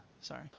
sorry